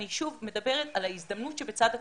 אני שוב מדברת על ההזדמנות שבצד הקורונה,